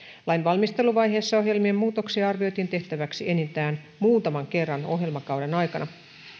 lain valmisteluvaiheessa muutoksia arvioitiin tehtäväksi enintään muutaman kerran ohjelmakauden aikana